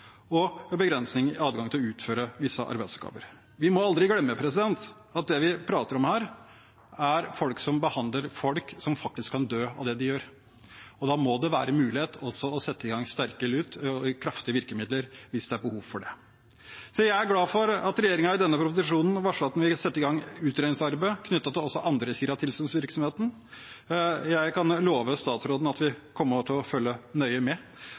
til å utføre visse arbeidsoppgaver. Vi må aldri glemme at det vi prater om her, er folk som behandler folk som faktisk kan dø av det de gjør, og da må det være mulighet for sterkere lut og kraftige virkemidler hvis det er behov for det. Jeg er glad for at regjeringen i denne proposisjonen varsler at den vil sette i gang utredningsarbeid knyttet til også andre sider av tilsynsvirksomheten. Jeg kan love statsråden at vi kommer til å følge nøye med.